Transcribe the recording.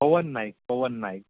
Pawan Nayak Pavan Naik